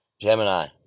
Gemini